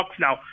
now